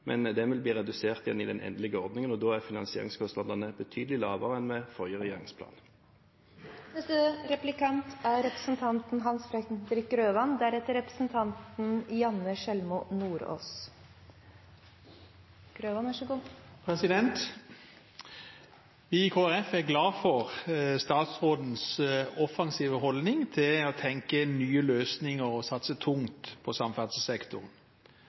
men den vil bli redusert igjen i den endelige ordningen, og da er finansieringskostnadene betydelig lavere enn med forrige regjerings plan. Vi i Kristelig Folkeparti er glade for statsrådens offensive holdning til å tenke ut nye løsninger og satse tungt på samferdselssektoren.